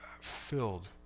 filled